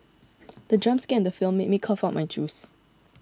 the jump scare in the film made me cough out my juice